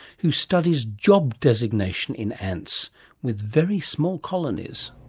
who studies job designation in ants with very small colonies.